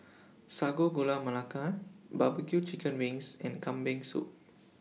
Sago Gula Melaka Barbecue Chicken Wings and Kambing Soup